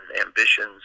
ambitions